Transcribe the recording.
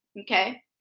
Okay